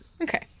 Okay